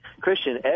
Christian